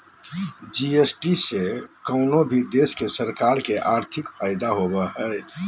GST से कउनो भी देश के सरकार के आर्थिक फायदा होबो हय